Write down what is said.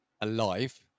alive